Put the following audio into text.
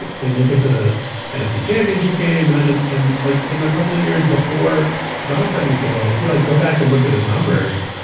they make it to the nfc championship game. and then and and like in the couple years before the dogfighting scandal, if you like, go back and look at his numbers,